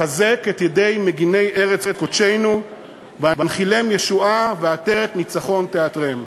"חזק את ידי מגיני ארץ קודשנו והנחילם ישועה ועטרת ניצחון תעטרם".